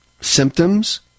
symptoms